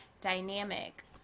dynamic